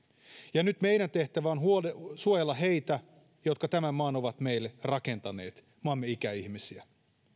ja nyt meidän tehtävä on suojella heitä jotka tämän maan ovat meille rakentaneet maamme ikäihmisiä